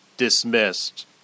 dismissed